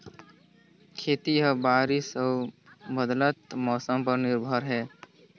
खेती ह बारिश अऊ बदलत मौसम पर निर्भर हे